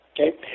Okay